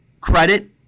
credit